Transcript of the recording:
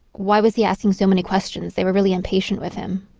why was he asking so many questions? they were really impatient with him.